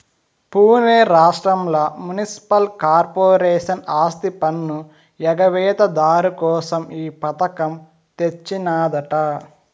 పునే రాష్ట్రంల municipal corporation ఆస్తిపన్ను ఎగవేత దారు కోసం ఈ పథకం తెచ్చినాదట